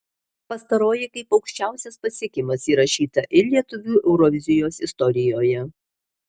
pastaroji kaip aukščiausias pasiekimas įrašyta ir lietuvių eurovizijos istorijoje